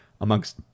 amongst